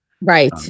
Right